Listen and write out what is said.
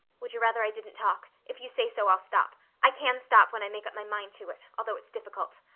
would you rather i didn't talk? if you say so i'll stop. i can stop when i make up my mind to it, although it's difficult.